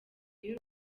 y’u